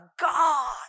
God